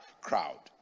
crowd